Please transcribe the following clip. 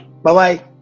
Bye-bye